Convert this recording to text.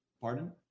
Pardon